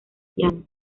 piano